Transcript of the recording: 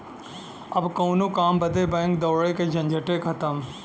अब कउनो काम बदे बैंक दौड़े के झंझटे खतम